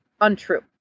untrue